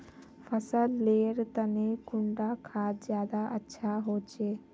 फसल लेर तने कुंडा खाद ज्यादा अच्छा होचे?